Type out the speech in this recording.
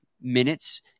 minutes